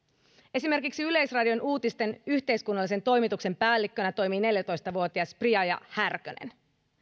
esimerkiksi yleisradion uutisten yhteiskunnallisen toimituksen päällikkönä toimii neljätoista vuotias priya härkönen